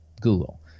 Google